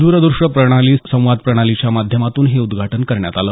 दूर दृष्य संवाद प्रणालीच्या माध्यमातून हे उदघाटन करण्यात आलं